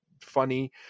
funny